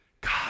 God